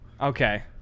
Okay